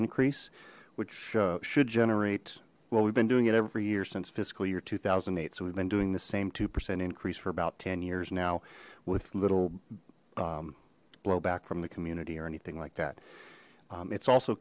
increase which should generate well we've been doing it every year since fiscal year two thousand and eight so we've been doing this same two percent increase for about ten years now with little blowback from the community or anything like that it's also